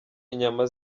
inyama